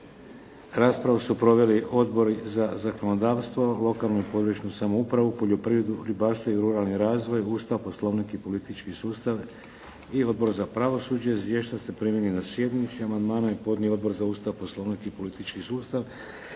Raspravu su proveli Odbori za zakonodavstvo; lokalnu i područnu samoupravu; poljoprivredu, ribarstvo i ruralni razvoj; Ustav, Poslovnik i politički sustav i Odbor za pravosuđe. Izvješća ste primili na sjednici. Amandmane je podnio Odbor za Ustav, Poslovnik i politički sustav.